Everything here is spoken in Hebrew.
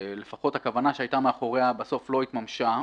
לפחות הכוונה שהיתה מאחוריה בסוף לא התממשה,